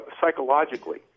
psychologically